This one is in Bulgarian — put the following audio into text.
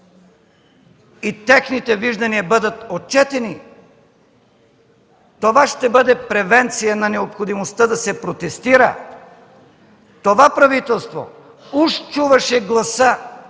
и техните виждания бъдат отчетени, това ще бъде превенция на необходимостта да се протестира. Това правителство уж чуваше гласа